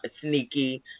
sneaky